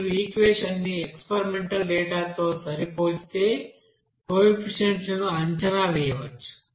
మీరు ఈ ఈక్వెషన్ ని ఎక్స్పెరిమెంటల్ డేటా తో సరిపోల్చితే ఈ కోఎఫిషియెంట్స్ లను అంచనా వేయవచ్చు